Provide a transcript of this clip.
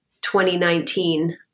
2019